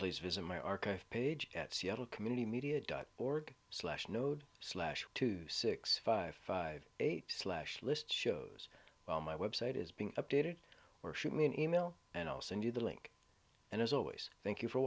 please visit my archive page at seattle community media dot org slash node slash two six five five eight slash list shows well my website is being updated or shoot me an email and i'll send you the link and as always thank you for